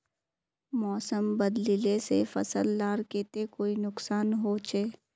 मौसम बदलिले से फसल लार केते कोई नुकसान होचए?